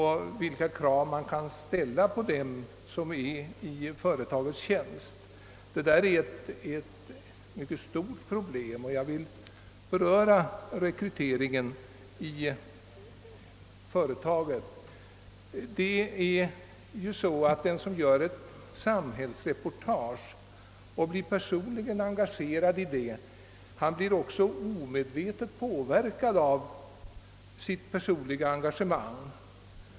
Frågan om vilka krav som bör ställas på de anställda utgör sålunda ett mycket stort problem, och jag vill därför något beröra rekryteringen i företaget. Den som gör ett samhällsreportage och personligen engageras därav blir också omedvetet påverkad av detta sitt engagemang.